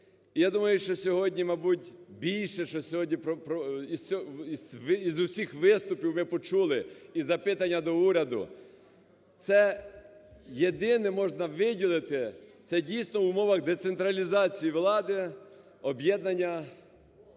І я думаю, що сьогодні, мабуть, більше, що сьогодні із усіх виступів ми почули і запитання до уряду, це єдине можна виділити – це, дійсно, в умовах децентралізації влади об'єднання